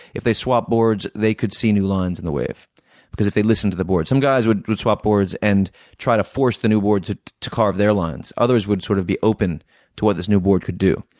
if they swapped boards, they could see new lines in the wave if they listened to the board. some guys would would swap boards and try to force the new board to to carve their lines. others would sort of be open to what this new board could do.